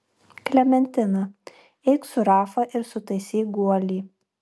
klementina eik su rafa ir sutaisyk guolį